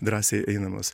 drąsiai einamos